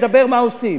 נדבר מה עושים.